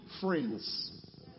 friends